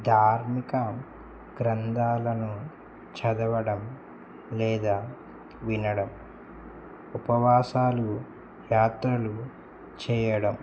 ధార్మిక గ్రంథాలను చదవడం లేదా వినడం ఉపవాసాలు యాత్రలు చెయ్యడం